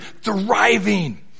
thriving